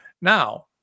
Now